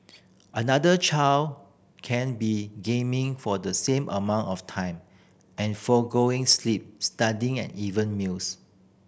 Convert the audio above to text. another child can be gaming for the same amount of time and forgoing sleep studying and even meals